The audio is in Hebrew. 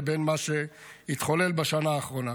לבין מה שהתחולל בשנה האחרונה.